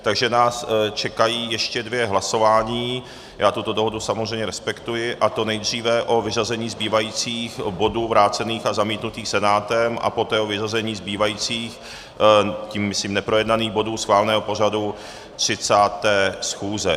Takže nás čekají ještě dvě hlasování já tuto dohodu samozřejmě respektuji a to nejdříve o vyřazení zbývajících bodů vrácených a zamítnutých Senátem a poté o vyřazení zbývajících, tím myslím neprojednaných bodů schváleného pořadu 30. schůze.